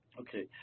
Okay